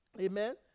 Amen